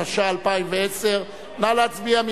התש"ע 2010. נא להצביע.